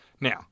Now